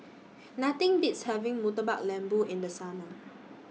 Nothing Beats having Murtabak Lembu in The Summer